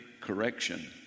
correction